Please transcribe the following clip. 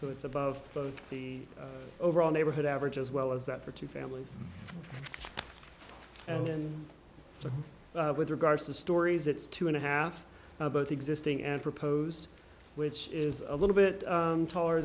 so it's above both the overall neighborhood average as well as that for two families and so with regards to stories it's two and a half about existing and proposed which is a little bit taller